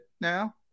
now